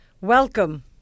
Welcome